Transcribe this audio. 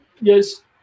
yes